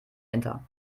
enter